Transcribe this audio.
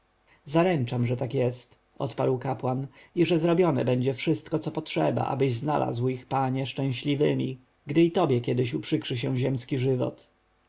zaręczam że tak jest odparł kapłan i że zrobione będzie wszystko co potrzeba abyś znalazł ich panie szczęśliwymi gdy i tobie kiedyś uprzykrzy się ziemski żywot